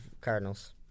Cardinals